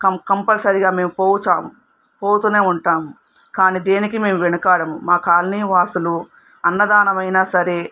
కంపల్సరిగా మేము పోచాము పోతూనే ఉంటాము కానీ దేనికి మేము వెనకాడము మా కాలనీవాసులు అన్నదానమైన సరే